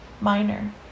minor